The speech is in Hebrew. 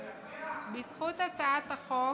בזכות הצעת החוק